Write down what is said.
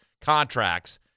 contracts